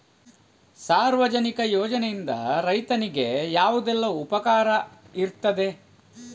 ಸಾರ್ವಜನಿಕ ಯೋಜನೆಯಿಂದ ರೈತನಿಗೆ ಯಾವುದೆಲ್ಲ ಉಪಕಾರ ಇರ್ತದೆ?